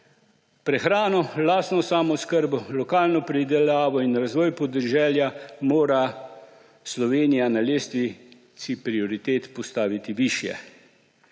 Prehrano, lastno samooskrbo, lokalno pridelavo in razvoj podeželja si mora Slovenija na lestvici prioritet postaviti višje.